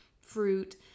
fruit